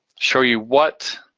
show you what,